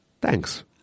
thanks